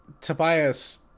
Tobias